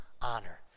honor